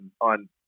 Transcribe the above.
on